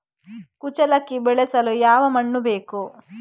ಕುಚ್ಚಲಕ್ಕಿ ಬೆಳೆಸಲು ಯಾವ ಮಣ್ಣು ಬೇಕು?